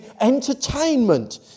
entertainment